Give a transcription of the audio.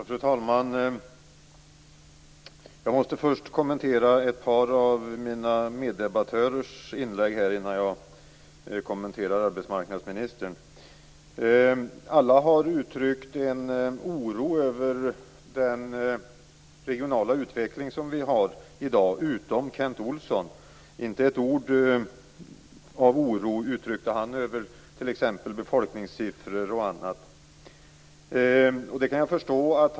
Fru talman! Jag vill först kommentera ett par av mina meddebattörers inlägg innan jag kommenterar det som arbetsmarknadsministern sade. Alla har uttryckt en oro över den regionala utveckling som vi har i dag utom Kent Olsson. Han uttryckte inte ett ord av oro över t.ex. befolkningssiffror. Det kan jag förstå.